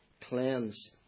cleanse